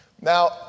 Now